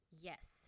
Yes